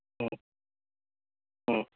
ಹ್ಞೂ ಹ್ಞೂ